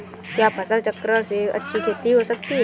क्या फसल चक्रण से अच्छी खेती हो सकती है?